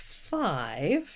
five